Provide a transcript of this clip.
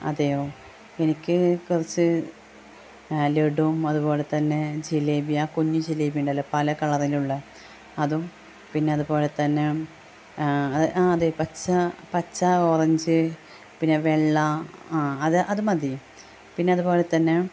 അതെയോ എനിക്ക് കുറച്ച് ലഡുവും അത് പോലെതന്നെ ജില്ലേബി അ കുഞ്ഞ് ജിലേബി ഉണ്ടല്ലൊ പലെ കളറിലുള്ളെ അതും പിന്നത്പോലെ തന്നെ ആ അതെ പച്ച പച്ച ഓറഞ്ച് പിന്നെ വെള്ള അ അത് അത് മതി പിന്നത് പോലെ തന്നെ